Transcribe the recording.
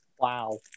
Wow